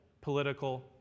political